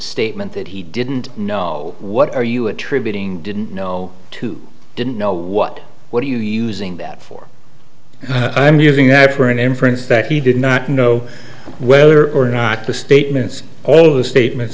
statement that he didn't know what are you attributing didn't know too didn't know what what are you using that for i'm using that for an inference that he did not know whether or not the statements all those statements